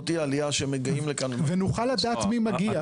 לא תהיה עלייה שמגיעים לכאן --- ונוכל לדעת מי מגיע.